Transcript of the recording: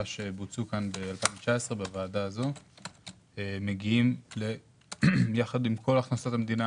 שנעשו ב-2019 בוועדה הזאת ביחד עם כל הכנסות המדינה